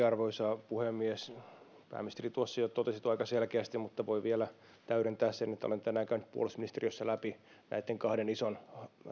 arvoisa puhemies pääministeri tuossa jo totesi tuon aika selkeästi mutta voin vielä täydentää sen että olen tänään käynyt puolustusministeriössä läpi näitten kahden ison